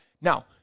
now